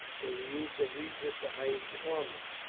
for the use of riza sahib's army.